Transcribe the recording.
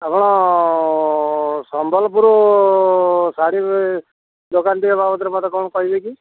ଆପଣ ସମ୍ବଲପୁର ଶାଢ଼ୀ ଦୋକାନ ଟିକେ ବାବଦରେ ମୋତେ କ'ଣ କହିବେକି